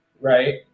Right